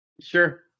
Sure